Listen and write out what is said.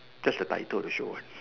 that's the title of the show what